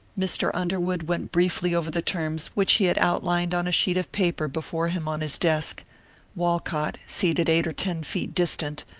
mr. underwood went briefly over the terms which he had outlined on a sheet of paper before him on his desk walcott, seated eight or ten feet distant,